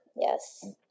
yes